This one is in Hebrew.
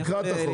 תקרא את החוק.